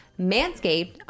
Manscaped